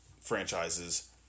franchises